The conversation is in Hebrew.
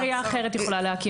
אולי עירייה אחרת יכולה להקים?